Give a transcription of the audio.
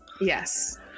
Yes